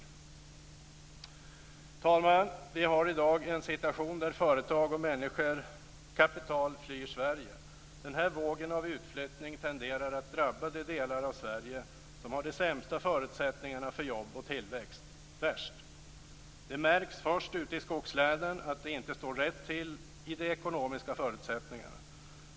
Herr talman! Vi har i dag en situation där företag, människor och kapital flyr Sverige. Den här vågen av utflyttning tenderar att drabba de delar av Sverige som har de sämsta förutsättningarna för jobb och tillväxt värst. Det märks först ute i skogslänen att det inte står rätt till i de ekonomiska förutsättningarna.